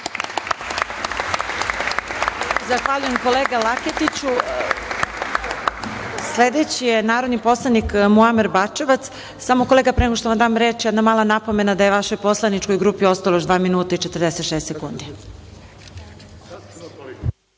Zahvaljujem, kolega Laketiću. Sledeći je narodni poslanik Muamer Bačevac. Kolega, pre nego što vam dam reč, jedna mala napomena da je vašoj poslaničkoj grupi ostalo dva minuta i 46 sekundi.